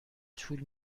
طول